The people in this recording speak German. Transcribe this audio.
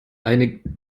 einigten